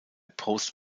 post